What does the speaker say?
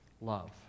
love